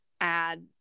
add